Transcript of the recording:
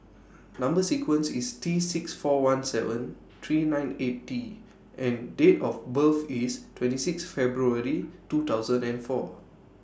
Number sequence IS T six four one seven three nine eight T and Date of birth IS twenty six February two thousand and four